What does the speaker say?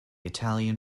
italian